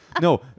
No